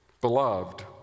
Beloved